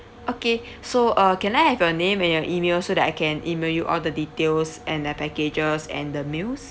okay so uh can I have your name and your email so that I can email you all the details and the packages and the meals